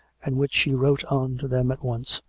and which she virote on to them at once,